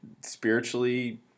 spiritually